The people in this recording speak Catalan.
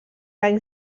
anys